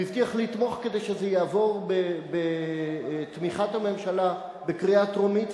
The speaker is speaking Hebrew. והוא הבטיח לתמוך כדי שזה יעבור בתמיכת הממשלה בקריאה טרומית,